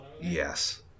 Yes